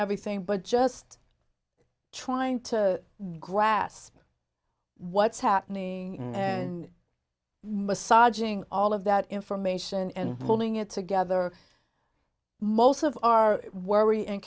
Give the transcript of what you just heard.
everything but just trying to grasp what's happening and soldering all of that information and pulling it together most of our worry and